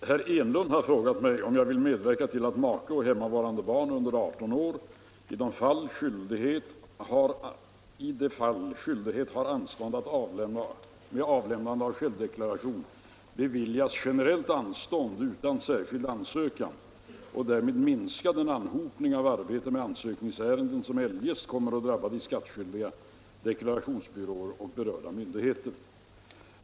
Herr talman! Herr Enlund har frågat mig om jag vill medverka till att make och hemmavarande barn under 18 år, i de fall skattskyldig har anstånd med avlämnande av självdeklaration, beviljas generellt anstånd utan särskild ansökan, och därmed minska den anhopning av arbete med ansökningsärenden som eljest kommer att drabba de skattskyldiga, deklarationsbyråer och berörda myndigheter.